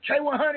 K100